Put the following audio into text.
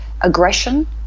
aggression